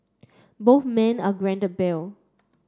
both men are granted bail